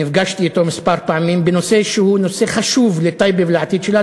ונפגשתי אתו כמה פעמים בנושא שהוא חשוב לטייבה ולעתיד שלה,